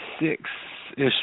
six-ish